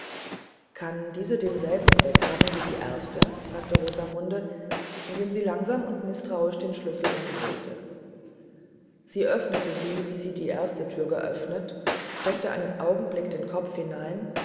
kann diese denselben zweck haben wie die erste sagte rosamunde indem sie langsamundmißtrauischdenschlüsselumdrehte sie öffnete sie wie sie die erste tür geöffnet steckte einen augenblick den kopf hinein